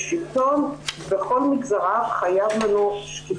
השלטון, על כל נגזריו, חייב לנו שקיפות.